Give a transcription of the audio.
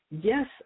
Yes